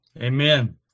Amen